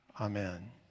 Amen